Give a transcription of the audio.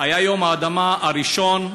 היה יום האדמה הראשון,